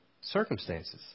circumstances